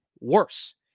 worse